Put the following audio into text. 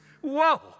Whoa